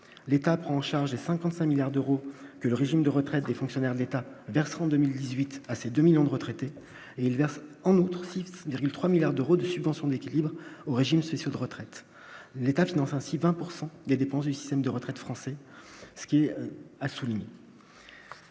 l'État prend en charge et 55 milliards d'euros, que le régime de retraite des fonctionnaires d'État Bertrand 2018 à ces 2 millions de retraités il verse en outre Sixt virgule 3 milliards d'euros de subvention d'équilibre aux régimes spéciaux de retraite, l'État finance ainsi 20 pourcent des dépenses du système de retraite français, ce qui a souligné.